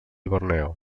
borneo